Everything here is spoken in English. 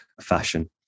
fashion